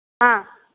हा